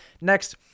Next